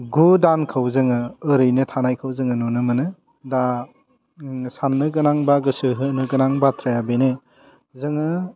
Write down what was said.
गु दानखौ जोङो ओरैनो थानायखौ जोङो नुनो मोनो दा सान्नो गोनां बा गोसो होनो गोनां बाथ्राया बेनो जोङो